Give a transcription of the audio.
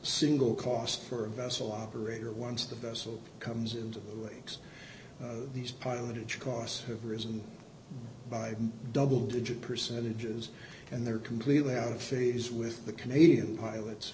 single cost for a vessel operator once the vessel comes into the wings these pilotage costs have risen by double digit percentages and they're completely out of phase with the canadian pilots